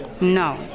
No